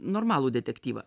normalų detektyvą